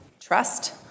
trust